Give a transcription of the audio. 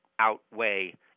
Outweigh